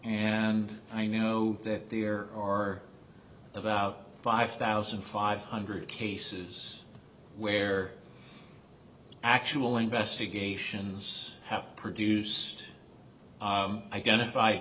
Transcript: and i know that the year or about five thousand five hundred cases where actual investigations have produced identif